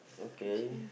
okay